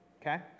Okay